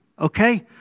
Okay